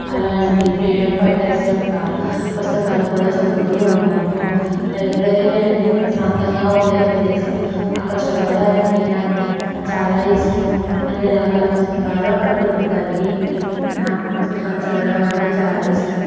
అలాంటి freedom fighters యొక్క పుస్తకాలు కూడా చదువుతూ ఉంటాను లైబ్రరీ అంటే ప్రశాంతంగా ఉండే ప్రదేశం అక్కడ చదవడానికి నాకు చాలా ఇష్టం అన్ని రకాల పుస్తకాలు అక్కడ దొరుకుతాయి నాకు పుస్తకాలు చదవడం అంటే చాలా ఇష్టం